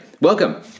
welcome